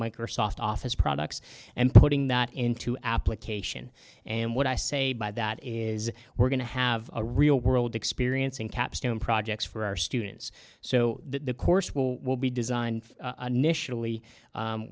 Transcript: microsoft office products and putting that into application and what i say by that is we're going to have a real world experience in capstone projects for our students so the course will be designed